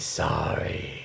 sorry